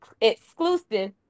exclusive